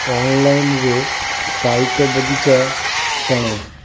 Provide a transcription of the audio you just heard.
ଅନଲାଇନରେ ପାଇକ ବଗିଚା ଟାଣ